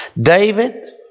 David